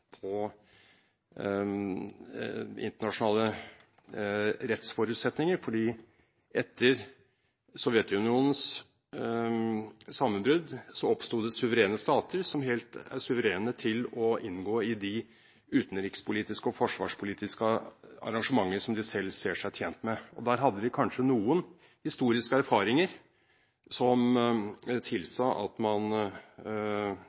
på internasjonale rettsforutsetninger, fordi etter Sovjetunionens sammenbrudd oppsto det suverene stater som er helt suverene til å inngå i de utenrikspolitiske og forsvarspolitiske arrangementer som de selv ser seg tjent med. Der hadde de kanskje noen historiske erfaringer som tilsa at man